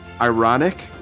Ironic